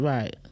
Right